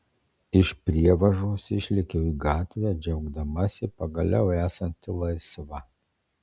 iš prievažos išlėkiau į gatvę džiaugdamasi pagaliau esanti laisva